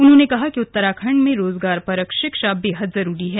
उन्होंने कहा कि उत्तराखंड में रोजगार परक शिक्षा बेहद जरूरी है